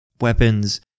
weapons